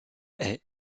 est